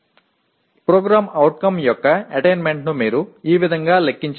PO యొక్క అటైన్మెంట్ను మీరు ఈ విధంగా లెక్కించారు